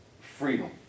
freedom